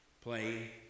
play